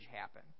happen